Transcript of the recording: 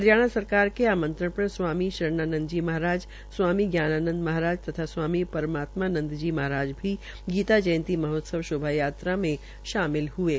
हरियाणा सरकार के आमंत्रण पर स्वामी शरणानंद जी महाराज स्वामी ज्ञानानंद महाराज तथा स्वामी परमात्मानंद जी महाराज भी गीता जयंती महोत्सव शोभा यात्रा में शामिल हये